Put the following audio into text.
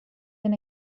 been